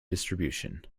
distribution